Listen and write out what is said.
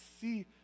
see